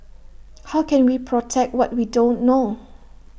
how can we protect what we don't know